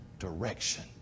direction